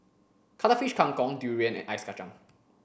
Cuttlefish Kang Kong durian and Ice Kachang